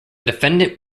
defendant